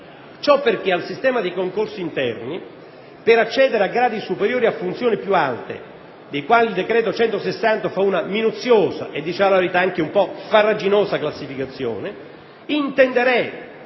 ciò perché al sistema dei concorsi interni per accedere a gradi superiori e a funzioni più alte, dei quali lo stesso decreto n. 160 fa una minuziosa e - diciamo la verità - anche un po' farraginosa classificazione, intenderei,